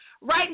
right